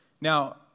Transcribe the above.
Now